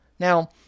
Now